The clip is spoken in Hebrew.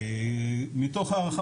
מתוך הערכה,